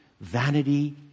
vanity